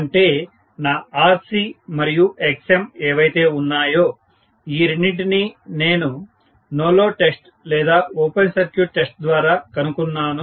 అంటే నా RC మరియు Xm ఏవైతే ఉన్నాయో ఈ రెండింటినీ నో లోడ్ టెస్ట్ లేదా ఓపెన్ సర్క్యూట్ టెస్ట్ ద్వారా కనుక్కున్నాను